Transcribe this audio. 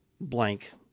blank